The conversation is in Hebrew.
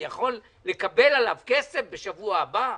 אני יכול לקבל עליו כסף בשבוע הבא?